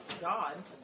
God